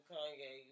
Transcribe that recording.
Kanye